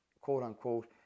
quote-unquote